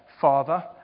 father